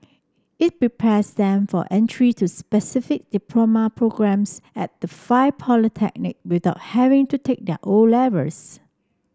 it prepares them for entry to specific diploma programmes at the five polytechnic without having to take their O levels